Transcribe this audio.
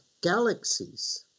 galaxies